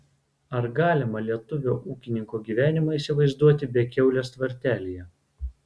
ar galima lietuvio ūkininko gyvenimą įsivaizduoti be kiaulės tvartelyje